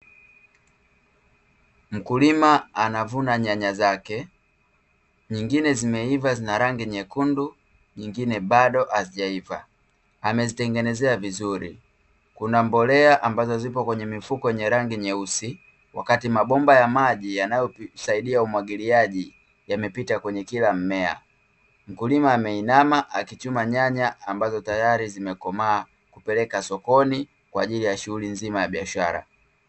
Mkulima anavuna nyanya zake, nyingine zimeiva zina rangi nyekundu, nyingine bado hazijaiva. Amezitengenezea vizuri. Kuna mbolea ambazo zipo kwenye mifuko yenye rangi nyeusi, wakati mabomba ya maji yanayosaidia umwagiliaji yamepita kwenye kila mmea. Mkulima ameinama akichuma nyanya ambazo tayari zimekomaa, kupeleka sokoni kwa ajili ya shughuli nzima ya biashara.